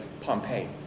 Pompeii